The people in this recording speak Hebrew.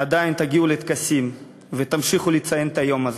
שתגיעו לטקסים ותמשיכו לציין את היום הזה,